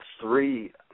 three